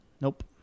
Nope